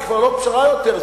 היא לא פשרה יותר,